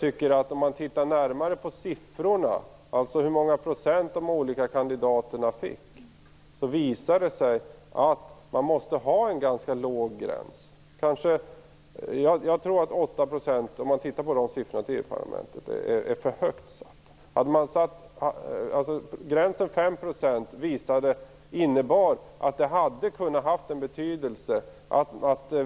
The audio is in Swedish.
Men om man tittar närmare på siffrorna, dvs. hur många procent de olika kandidaterna fick, tycker jag att det visar sig att man måste ha en ganska låg gräns. Om man tittar på siffrorna till EU parlamentet tror jag att man kommer att finna att 8 % är för högt satt. En gräns på 5 % hade kunnat få betydelse.